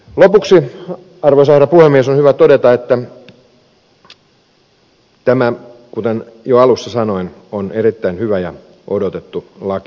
lopuksi arvoisa herra puhemies on hyvä todeta että tämä kuten jo alussa sanoin on erittäin hyvä ja odotettu laki